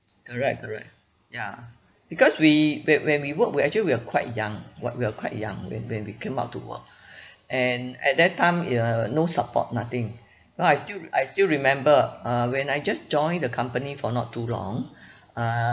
correct correct ya because we when when we worked we actually we were quite young what we are quite young when when we came out to work and at that time uh no support nothing now I still I still remember uh when I just joined the company for not too long uh